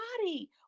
body